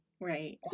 Right